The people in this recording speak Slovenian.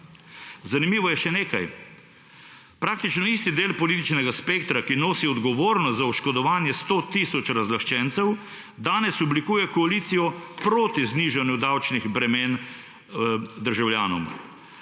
Zanimivo je še nekaj. Praktično isti del političnega spektra, ki nosi odgovornost za oškodovanje 100 tisoč razlaščencev, danes oblikuje koalicijo proti znižanju davčnih bremen državljanom.